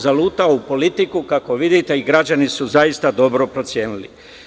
Zalutao u politiku, kako vidite, i građani su zaista dobro proceni.